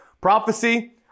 prophecy